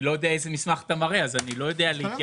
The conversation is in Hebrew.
אני לא יודע איזה מסמך אתה מראה אז אני לא יודע להתייחס.